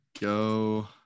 go